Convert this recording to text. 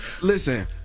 Listen